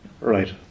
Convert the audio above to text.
Right